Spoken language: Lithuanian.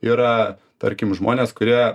yra tarkim žmonės kurie